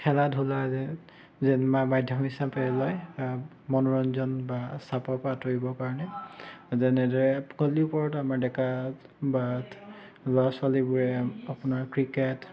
খেলা ধূলা যে যেন মাধ্যম হিচাপে লয় মনোৰঞ্জন বা চাপৰ পৰা আঁতৰিবৰ কাৰণে যেনেদৰে গধূলিপৰত আমাৰ ডেকা বা ল'ৰা ছোৱালীবোৰে আপোনাৰ ক্ৰিকেট